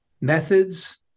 methods